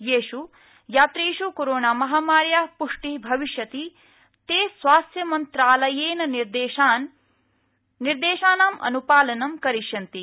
येष् यात्रिष् कोरोनामहामार्याः पृष्टिः भविष्यति ते स्वास्थ्यमन्त्रालयनिर्देशानाम् अन्पालनं करिष्यन्ति